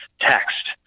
text